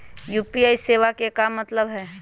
UPI सेवा के का मतलब है?